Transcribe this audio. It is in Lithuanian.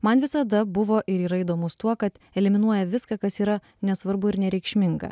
man visada buvo ir yra įdomus tuo kad eliminuoja viską kas yra nesvarbu ir nereikšminga